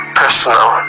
personal